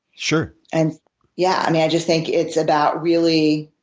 sure. and yeah. i mean, i just think it's about really